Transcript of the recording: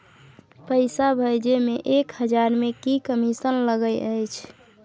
पैसा भैजे मे एक हजार मे की कमिसन लगे अएछ?